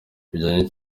bijyanye